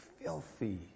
filthy